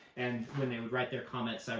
and when they would write their comments, so